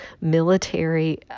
military